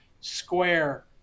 square